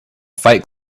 fight